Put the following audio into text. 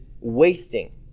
wasting